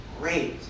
great